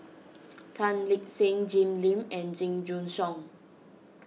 Tan Lip Seng Jim Lim and Jing Jun Hong